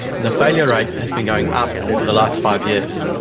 and the failure rate has been going up for the last five years.